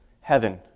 heaven